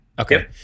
Okay